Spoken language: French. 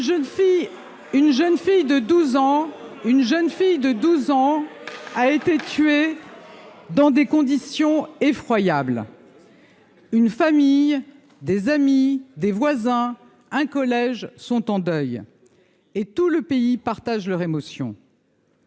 une jeune fille de 12 ans a été tué dans des conditions effroyables, une famille, des amis, des voisins. Un collège sont en deuil et tout le pays, partage leur émotion.